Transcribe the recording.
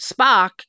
Spock